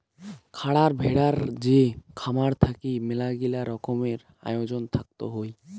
খারার ভেড়ার যে খামার থাকি মেলাগিলা রকমের আয়োজন থাকত হই